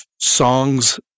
songs